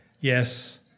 Yes